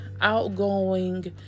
outgoing